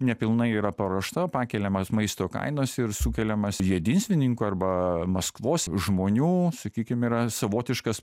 nepilnai yra paruošta pakeliamos maisto kainos ir sukeliamas jedinstvininkų arba maskvos žmonių sakykime yra savotiškas